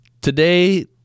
Today